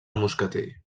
moscatell